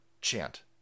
chant